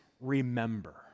remember